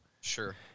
Sure